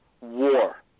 war